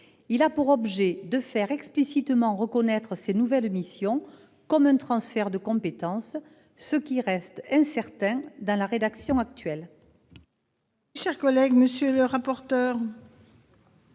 Il a pour objet de faire explicitement reconnaître ces nouvelles missions comme un transfert de compétences, ce qui reste incertain dans la rédaction actuelle.